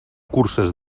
curses